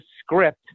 script